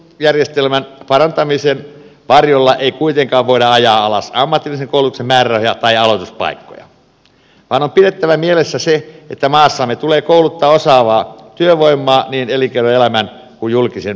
oppisopimuskoulutusjärjestelmän parantamisen varjolla ei kuitenkaan voida ajaa alas ammatillisen koulutuksen määrärahoja tai aloituspaikkoja vaan on pidettävä mielessä se että maassamme tulee kouluttaa osaavaa työvoimaa niin elinkeinoelämän kuin julkisen puolenkin tarpeisiin